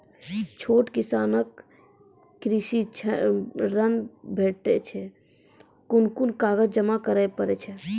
छोट किसानक कृषि ॠण भेटै छै? कून कून कागज जमा करे पड़े छै?